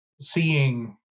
Seeing